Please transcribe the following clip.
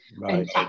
Right